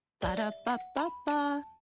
Ba-da-ba-ba-ba